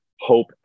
hope